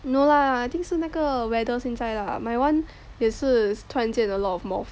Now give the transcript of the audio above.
no lah I think 是那个 weather 现在 lah my one 也是突然间 a lot of moth